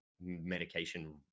medication